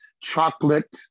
Chocolate